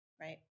right